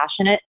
passionate